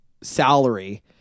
salary